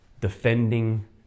defending